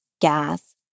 gas